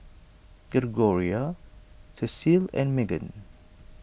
Gregoria Cecile and Magan